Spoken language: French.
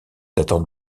datant